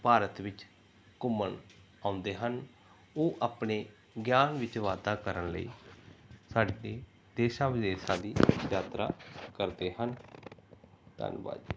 ਭਾਰਤ ਵਿੱਚ ਘੁੰਮਣ ਆਉਂਦੇ ਹਨ ਉਹ ਆਪਣੇ ਗਿਆਨ ਵਿੱਚ ਵਾਧਾ ਕਰਨ ਲਈ ਸਾਡੀ ਦੇਸ਼ਾਂ ਵਿਦੇਸ਼ਾਂ ਦੀ ਯਾਤਰਾ ਕਰਦੇ ਹਨ ਧੰਨਵਾਦ